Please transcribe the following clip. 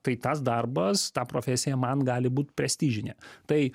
tai tas darbas ta profesija man gali būt prestižinė tai